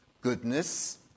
goodness